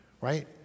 right